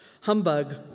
Humbug